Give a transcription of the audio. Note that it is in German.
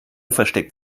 versteckt